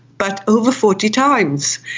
but over forty times?